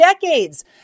decades